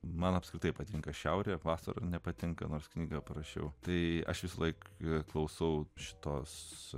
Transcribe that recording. man apskritai patinka šiaurės vasara nepatinka nors knyga parašiau tai aš visą laiką klausau šitos